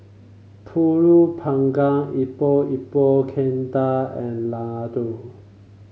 pulut panggang Epok Epok Kentang and laddu